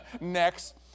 next